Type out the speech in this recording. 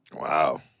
Wow